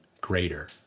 greater